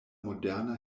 moderna